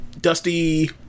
Dusty